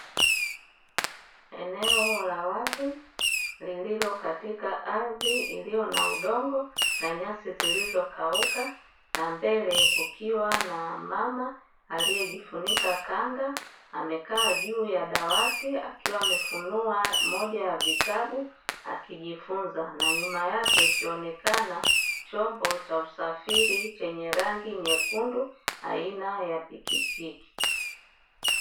Eneo la wazi, lililo katika ardhi iliyo na udongo na nyasi zilizokauka, na mbele kukiwa na mama aliyejifunika kanga. Amekaa juu ya dawati akiwa amefunua moja ya vitabu, akijifunza na nyuma yake ikionekana chombo cha usafiri chenye rangi nyekundu, aina ya pikipiki.